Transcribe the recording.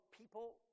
people